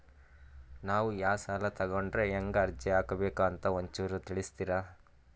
ನಾವು ಯಾ ಸಾಲ ತೊಗೊಂಡ್ರ ಹೆಂಗ ಅರ್ಜಿ ಹಾಕಬೇಕು ಅಂತ ಒಂಚೂರು ತಿಳಿಸ್ತೀರಿ?